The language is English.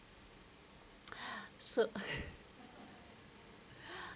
so